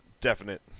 definite